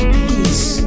peace